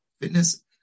Fitness